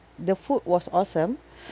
the food was awesome